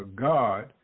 God